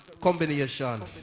combination